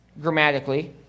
grammatically